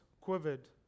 quivered